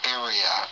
area